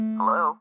Hello